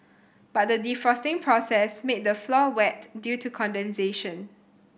but the defrosting process made the floor wet due to condensation